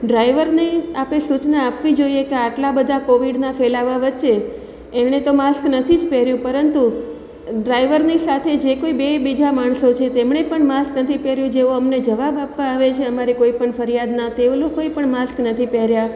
ડ્રાઇવરને આપે સૂચના આપવી જોઈએ કે આટલા બધા કોવિડના ફેલાવા વચ્ચે એણે તો માસ્ક નથી જ પહેર્યું પરંતુ ડ્રાઈવરની સાથે જે કોઈ બે બીજા માણસો છે તેમણે પણ માસ્ક નથી પહેર્યું જેઓ અમને જવાબ આપવા આવે છે અમારે કોઈપણ ફરિયાદના તેઓ લોકોએ પણ માસ્ક નથી પહેર્યાં